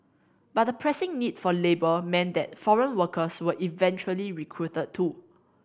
but the pressing need for labour meant that foreign workers were eventually recruited too